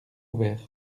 ouvert